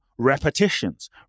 Repetitions